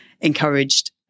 encouraged